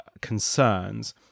concerns